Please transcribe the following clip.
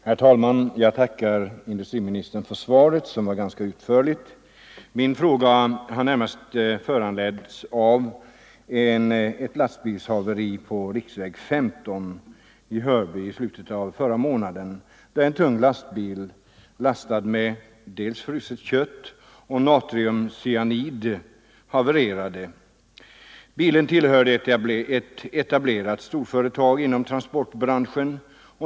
Herr talman! Jag tackar industriministern för svaret som var ganska utförligt. Min fråga är närmast föranledd av ett lastbilshaveri på riksväg 15 i Hörby i slutet av förra månaden, där en tung lastbil lastad med fruset kött och natriumcyanid havererade. Bilen tillhörde ett etablerat storföretag i transportbranschen.